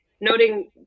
noting